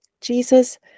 jesus